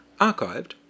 archived